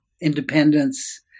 independence